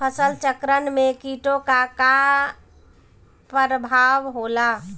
फसल चक्रण में कीटो का का परभाव होला?